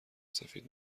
سفید